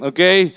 Okay